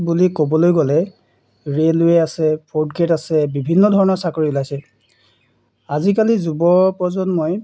বুলি ক'বলৈ গ'লে ৰেইলৱে' আছে ফ'ৰ্থ গ্ৰেইড আছে বিভিন্ন ধৰণৰ চাকৰি ওলাইছে আজিকালি যুৱ প্ৰজন্মই